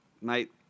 Mate